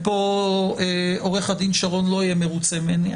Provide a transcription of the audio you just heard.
ופה עו"ד שרון לא יהיה מרוצה ממני,